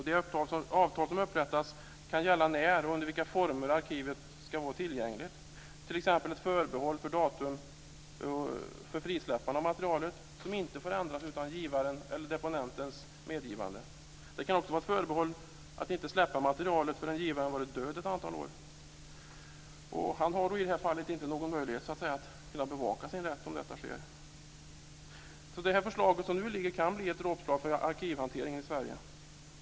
Det avtal som upprättas kan gälla när och under vilka former som arkivet ska vara tillgängligt, t.ex. ett förbehåll för datum för frisläppande av materialet som inte får ändras utan givarens eller deponentens medgivande. Det kan också vara ett förbehåll att materialet inte ska släppas förrän givaren varit död ett antal år. Han har då i detta fall inte någon möjlighet att bevaka sin rätt om detta sker. Det förslag som nu föreligger kan bli ett dråpslag för arkivhanteringen i Sverige.